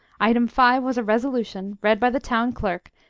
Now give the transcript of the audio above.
item five was a resolution, read by the town clerk,